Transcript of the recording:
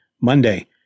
Monday